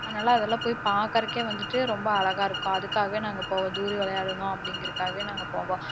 அதனால் அதெல்லாம் போய் பார்க்கறக்கே வந்துட்டு ரொம்ப அழகாக இருக்கும் அதுக்காகவே நான் அங்கே போவோம் தூரி விளையாடணும் அப்படீங்கறதுக்காகவே நான் அங்கே போவோம்